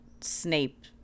Snape